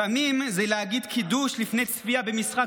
לפעמים זה להגיד קידוש לפני צפייה במשחק